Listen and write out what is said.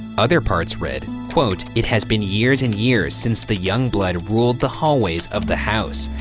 other parts read, quote, it has been years and years since the young blood ruled the hallways of the house.